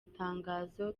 itangazo